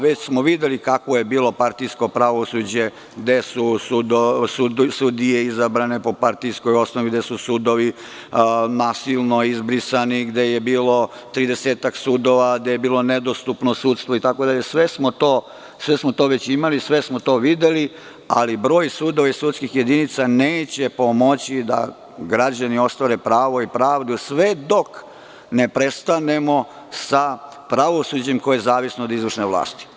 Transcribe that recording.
Već smo videli kakvo je bilo partijsko pravosuđe, gde su sudije izabrane po partijskoj osnovi, gde su sudovi nasilno izbrisani, gde je bilo tridesetak sudova, gde je bilo nedostupno sudstvo itd, sve smo to već imali, sve smo to videli, ali broj sudova i sudskih jedinica neće pomoći da građani ostvare pravo i pravdu sve dok ne prestanemo sa pravosuđem koje je zavisno od izvršne vlasti.